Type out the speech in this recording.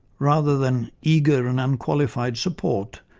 rather than eager and unqualified support,